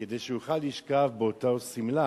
כדי שהוא יוכל לשכב באותה שמלה